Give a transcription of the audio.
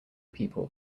people